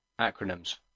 Acronyms